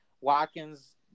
Watkins